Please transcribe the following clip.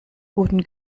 guten